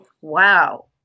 wow